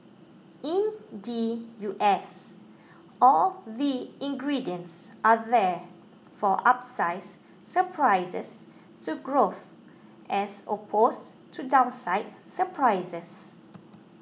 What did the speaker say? in the U S all the ingredients are there for upside surprises to growth as opposed to downside surprises